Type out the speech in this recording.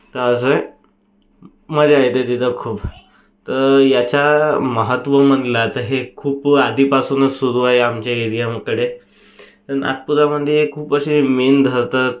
तर असे मजा येते तिथं खूप तर याचा महत्त्व म्हणला तर हे खूप आधीपासूनच सुरू आहे आमच्या एरियामकडे नागपूरमधे खूप असे मेन धरतात